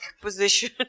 position